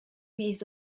miejsc